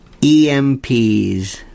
EMPs